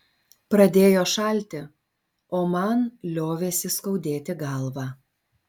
pradėjo šalti o man liovėsi skaudėti galvą